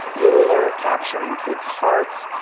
ruler, capturing kids' hearts,